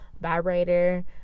vibrator